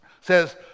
says